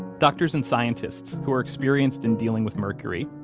doctors and scientists who are experienced in dealing with mercury,